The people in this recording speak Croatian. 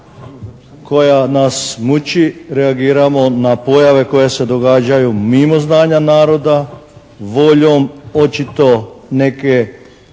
koja nas muči reagiramo na pojave koje se događaju mimo znanja naroda, voljom očito neke